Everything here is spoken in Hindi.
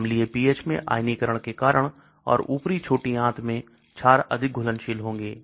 अम्लीय pH में आयनीकरण के कारण और ऊपरी छोटी आंत में क्षार अधिक घुलनशील होंगे